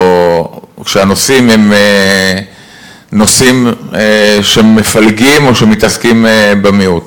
או שהנושאים הם נושאים שמפלגים או שמתעסקים במיעוט.